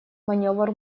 маневр